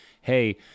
hey